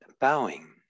bowing